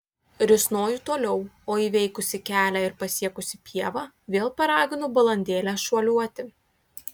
risnoju toliau o įveikusi kelią ir pasiekusi pievą vėl paraginu balandėlę šuoliuoti